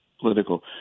political